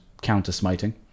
counter-smiting